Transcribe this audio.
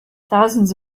thousands